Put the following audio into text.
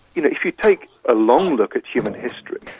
you know if you take a long look at human history,